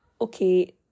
okay